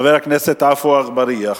חבר הכנסת עפו אגבאריה.